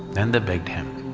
then they begged him,